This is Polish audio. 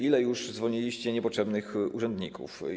Ilu już zwolniliście niepotrzebnych urzędników?